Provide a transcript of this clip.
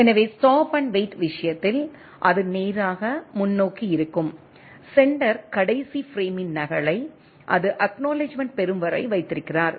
எனவே ஸ்டாப் மற்றும் வெயிட் விஷயத்தில் அது நேராக முன்னோக்கி இருக்கும் செண்டர் கடைசி பிரேமின் நகலை அது அக்நாலெட்ஜ்மெண்ட் பெறும் வரை வைத்திருக்கிறார்